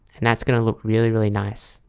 and that's gonna look really really nice.